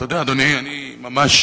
אתה יודע, אדוני, אני ממש